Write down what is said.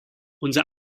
unser